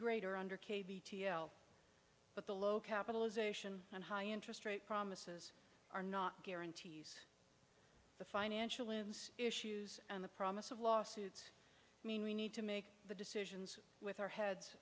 greater under kavi t l but the low capitalization and high interest rate promises are not guarantees the financial lives issues and the promise of lawsuits mean we need to make the decisions with our heads